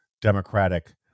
democratic